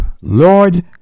Lord